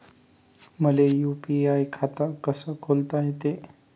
मले यू.पी.आय खातं कस खोलता येते?